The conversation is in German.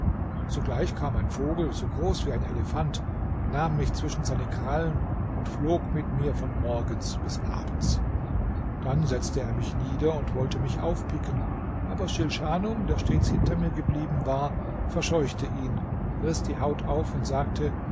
sogleich kam ein vogel so groß wie ein elefant nahm mich zwischen seine krallen und flog mit mir von morgens bis abends dann setzte er mich nieder und wollte mich aufpicken aber schilschanum der stets hinter mir geblieben war verscheuchte ihn riß die haut auf und sagte